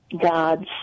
God's